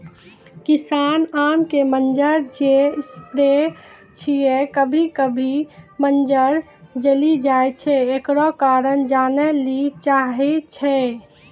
किसान आम के मंजर जे स्प्रे छैय कभी कभी मंजर जली जाय छैय, एकरो कारण जाने ली चाहेय छैय?